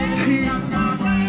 teeth